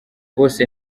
bose